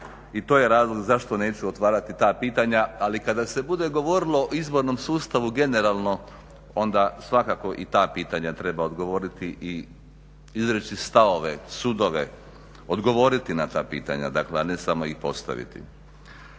i to je razlog zašto neću otvarati ta pitanja. Ali kada se bude govorilo o izbornom sustavu generalno onda svakako i ta pitanja treba odgovoriti i izreći stavove, sudove, odgovoriti na ta pitanja dakle, a ne samo ih postaviti.